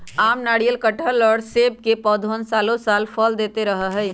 आम, नारियल, कटहल और सब के पौधवन सालो साल फल देते रहा हई